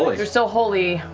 like they're still holy,